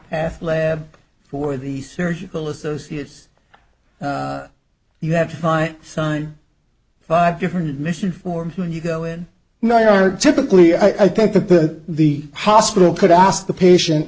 ath lab for the surgical associates you have to find sign five different admission forms when you go in now you are typically i think the the hospital could ask the patient